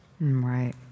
Right